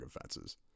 offenses